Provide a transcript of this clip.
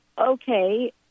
okay